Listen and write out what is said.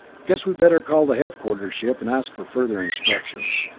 guess we'd better call the headquarters ship and ask for further instructions.